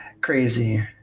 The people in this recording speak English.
Crazy